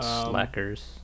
Slackers